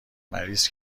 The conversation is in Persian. مریض